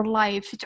life